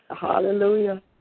Hallelujah